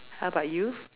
how about you